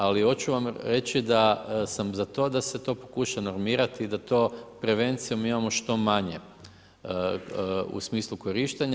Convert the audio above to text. Ali hoću vam reći da sam za to da se to pokuša normirati i da to prevencijom imamo što manje u smislu korištenja.